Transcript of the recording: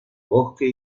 bosque